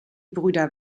brüder